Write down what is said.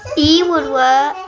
e would work.